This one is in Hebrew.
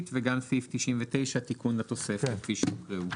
וגם סעיף 99 תיקון לתוספת כפי שהוקראו.